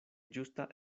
ĝusta